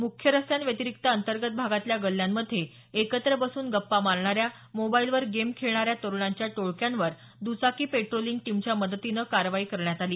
मुख्य रस्त्यांव्यतिरिक्त अंतर्गत भागातल्या गल्ल्यांमध्ये एकत्र बसून गप्पा मारणाऱ्या मोबाइलवर गेम खेळणाऱ्या तरुणांच्या टोळक्यांवर दुचाकी पेट्रोलिंग टीमच्या मदतीनं कारवाई करण्यात आली